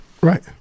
Right